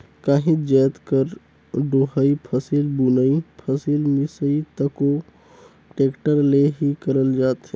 काहीच जाएत कर डोहई, फसिल बुनई, फसिल मिसई तको टेक्टर ले ही करल जाथे